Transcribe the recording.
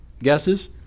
guesses